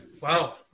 Wow